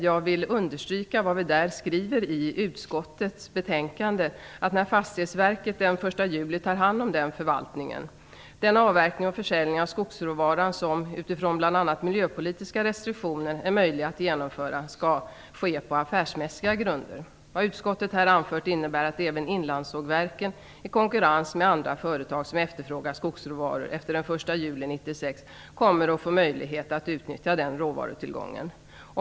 Jag vill understryka vad vi skriver i utskottets betänkande: När Fastighetsverket den 1 juli tar hand om den förvaltningen skall den avverkning och försäljning av skogsråvaran som utifrån bl.a. miljöpolitiska restriktioner är möjlig ske på affärsmässiga grunder. Vad utskottet här anfört innebär att även inlandssågverken i konkurrens med andra företag som efterfrågar skogsråvaror efter den 1 juli 1996 kommer att få möjlighet att utnyttja den råvarutillgången.